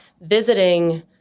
visiting